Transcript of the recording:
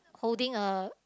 holding a